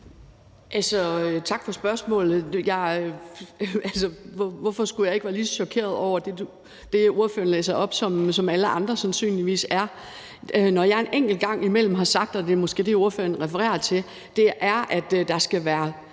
Tak for spørgsmålet. Hvorfor skulle jeg ikke være lige så chokeret over det, ordføreren læser op, som alle andre sandsynligvis er? Det, jeg enkelte gange har sagt – og det er måske det, ordføreren refererer til – er, at der skal være